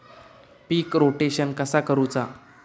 पीक rotation कसा करूचा?